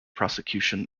prosecution